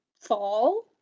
fall